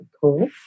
cool